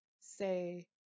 Say